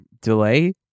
delay